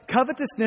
Covetousness